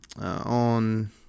on